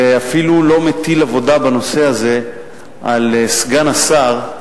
ואפילו לא מטיל עבודה בנושא הזה על סגן השר,